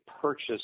purchase